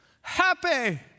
happy